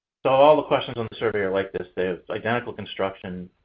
so, all the questions on the survey are like this. they have identical construction,